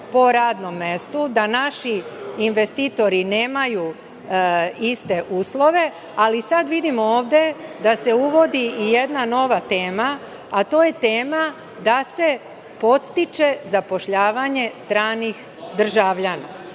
po radnom mestu, da naši investitori nemaju iste uslove, ali sad vidim ovde da se uvodi i jedna nova tema, a to je tema da se podstiče zapošljavanje stranih državljana.